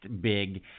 big